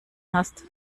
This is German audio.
hast